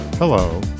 Hello